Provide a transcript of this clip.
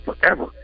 forever